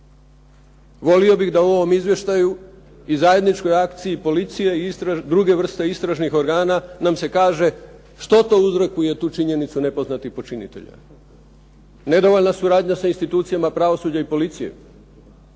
Volio bih da u ovom izvještaju i zajedničkoj akciji policije i druge vrste istražnih organa nam se kaže što to uzrokuje tu činjenicu nepoznatih počinitelja. Nedovoljna suradnja sa institucijama pravosuđa i policije?